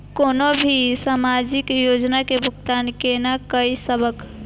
कोनो भी सामाजिक योजना के भुगतान केना कई सकब?